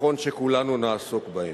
נכון שכולנו נעסוק בהן.